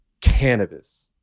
cannabis